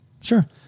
Sure